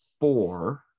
four